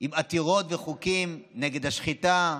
עם עתירות וחוקים נגד השחיטה,